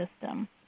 system